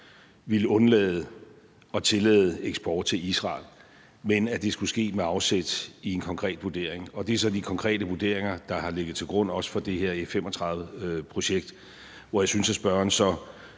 ville undlade at tillade eksport til Israel, men at det skulle ske med afsæt i en konkret vurdering. Det er så også de konkrete vurderinger, der har ligget til grund for det her F-35-projekt – hvor jeg så også synes, at spørgeren